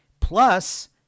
Plus